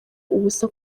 ubusa